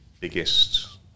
biggest